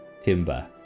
Timber